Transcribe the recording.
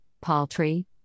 paltry